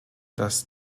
das